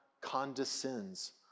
condescends